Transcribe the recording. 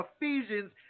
Ephesians